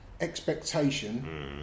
expectation